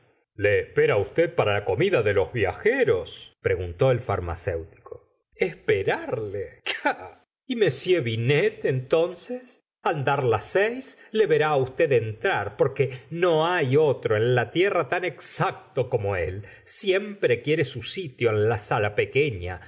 le espera usted para la comida de los viajeros preguntó el farmacéutico esperarle qui m binet entonces al dar las seis le verá usted entrar porque no hay otro en la tierra tan exacto como él siempre quiere su sitio en la sala pequeña